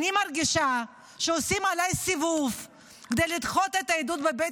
אני מרגישה שעושים עליי סיבוב כדי לדחות את העדות בבית